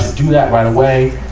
do that right away.